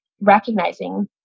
recognizing